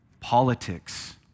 Politics